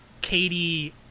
katie